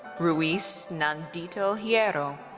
ruiz nanditto hierro.